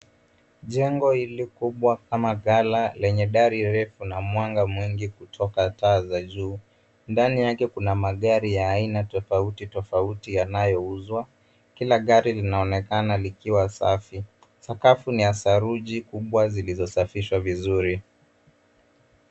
Jengo hili kubwa kama ghala lenye dari refu na mwanga mwingi kutoka taa za juu, ndani yake kuna magari ya aina tofauti tofauti yanayouzwa. Kila gari linaonekana likiwa safi. Sakafu ni ya saruji kubwa zilizosafishwa vizuri.